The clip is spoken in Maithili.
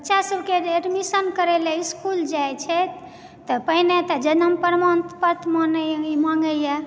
बच्चासभकेँ जे एडमिशन करय लऽ स्कूल जाइ छै तऽ पहिने तऽ जन्म प्रमाण पत्र माँगेए